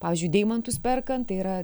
pavyzdžiui deimantus perkant tai yra